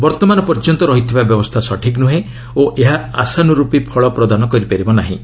ବର୍ତ୍ତମାନ ପର୍ଯ୍ୟନ୍ତ ରହିଥିବା ବ୍ୟବସ୍ଥା ସଠିକ୍ ନୁହେଁ ଓ ଏହା ଆଶାନୁରୂପ ଫଳ ପ୍ରଦାନ କରିପାରିବ ନାହିଁ